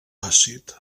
àcid